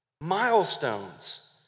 Milestones